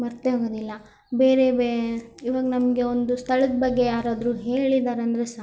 ಮರೆತೇ ಹೋಗೊದಿಲ್ಲ ಬೇರೆ ಇವಾಗ ನಮಗೆ ಒಂದು ಸ್ಥಳದ ಬಗ್ಗೆ ಯಾರಾದ್ರೂ ಹೇಳಿದ್ದಾರೆಂದ್ರೆ ಸಾಕು